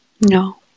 No